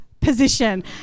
position